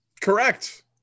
Correct